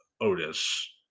Otis